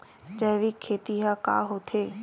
जैविक खेती ह का होथे?